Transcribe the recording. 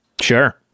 Sure